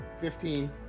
fifteen